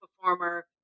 performer